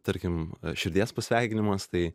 tarkim širdies pasveikinimas tai